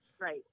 Right